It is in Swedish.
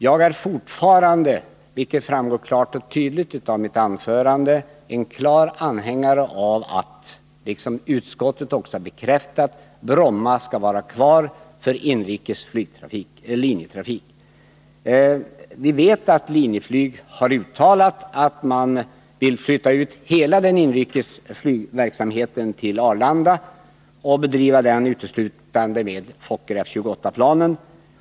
Jag är fortfarande, vilket tydligt framgick av mitt anförande, en klar anhängare av att Bromma flygfält skall finnas kvar för inrikes linjetrafik. Vi vet att Linjeflyg har uttalat att man vill flytta ut hela den inrikes flygverksamheten till Arlanda och bedriva den med uteslutande Fokker F-28-plan.